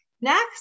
next